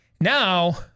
now